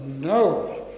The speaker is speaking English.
no